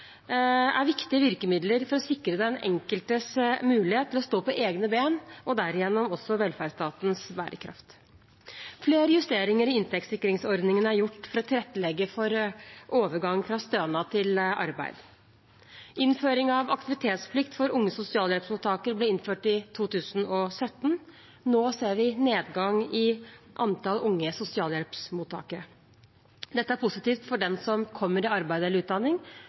er viktige virkemidler for å sikre den enkeltes mulighet til å stå på egne ben og derigjennom også velferdsstatens bærekraft. Flere justeringer i inntektssikringsordningen er gjort for å tilrettelegge for overgang fra stønad til arbeid. Innføring av aktivitetsplikt for unge sosialhjelpsmottakere ble innført i 2017. Nå ser vi nedgang i antall unge sosialhjelpsmottakere. Dette er positivt for den som kommer i arbeid eller utdanning,